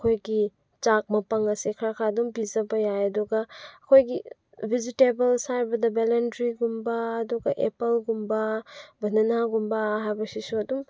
ꯑꯩꯈꯣꯏꯒꯤ ꯆꯥꯛ ꯃꯄꯪ ꯑꯁꯦ ꯈꯔ ꯈꯔ ꯑꯗꯨꯝ ꯄꯤꯖꯕ ꯌꯥꯏ ꯑꯗꯨꯒ ꯑꯩꯈꯣꯏꯒꯤ ꯚꯦꯖꯤꯇꯦꯕꯜꯁ ꯍꯥꯏꯕꯗ ꯚꯦꯂꯦꯟꯗ꯭ꯔꯤꯒꯨꯝꯕ ꯑꯗꯨꯒ ꯑꯦꯞꯄꯜꯒꯨꯝꯕ ꯕꯅꯥꯅꯥꯒꯨꯝꯕ ꯍꯥꯏꯕꯁꯤꯁꯨ ꯑꯗꯨꯝ